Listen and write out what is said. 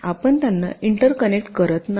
आपण त्यांना interconnect करत नाही